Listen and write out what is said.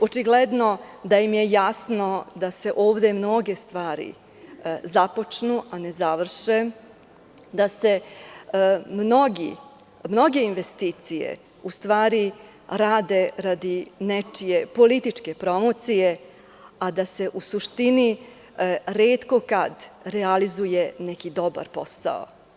Očigledno da im je jasno da se ovde mnoge stvari započnu, a ne završe, da se mnoge investicije rade radi nečije političke promocije, a da se u suštini retko kad realizuje neki dobar posao.